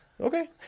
Okay